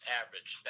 average